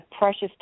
precious